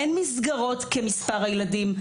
אין מסגרות כמספר הילדים.